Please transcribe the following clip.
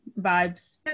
vibes